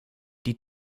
die